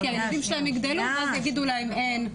כי הילדים שלהם יגדלו ואז יגידו להם אין.